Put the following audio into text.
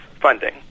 funding